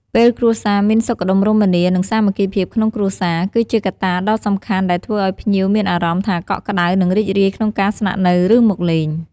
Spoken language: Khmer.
ពេលគ្រួសារមានសុខដុមរមនា និងសាមគ្គីភាពក្នុងគ្រួសារ គឺជាកត្តាដ៏សំខាន់ដែលធ្វើឲ្យភ្ញៀវមានអារម្មណ៍ថាកក់ក្ដៅ និងរីករាយក្នុងការស្នាក់នៅឬមកលេង។